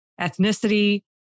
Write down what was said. ethnicity